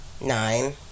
Nine